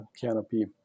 canopy